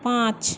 পাঁচ